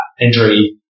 injury